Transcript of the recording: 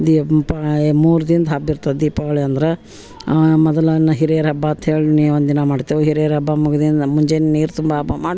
ದೀಪ ಮೂರು ದಿನ್ದ ಹಬ್ಬ ಇರ್ತದೆ ದೀಪಾವಳಿ ಅಂದ್ರೆ ಮೊದಲು ಹಿರಿಯರ ಹಬ್ಬ ಅಂತ ಹೇಳಿ ಒಂದು ದಿನ ಮಾಡ್ತೇವೆ ಹಿರಿಯರ ಹಬ್ಬ ಮುಗ್ದು ಮುಂಜಾನೆ ನೀರು ತುಂಬೋ ಹಬ್ಬ ಮಾಡಿ